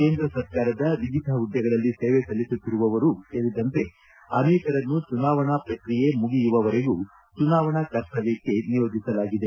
ಕೇಂದ್ರ ಸರ್ಕಾರದ ವಿವಿಧ ಹುದ್ದೆಗಳಲ್ಲಿ ಸೇವೆ ಸಲ್ಲಿಸುತ್ತಿರುವವರೂ ಸೇರಿದಂತೆ ಅನೇಕರನ್ನು ಚುನಾವಣಾ ಪ್ರಕ್ರಿಯೆ ಮುಗಿಯುವವರೆಗೂ ಚುನಾವಣಾ ಕರ್ತವ್ಲಕ್ಕೆ ನಿಯೋಜಿಸಲಾಗಿದೆ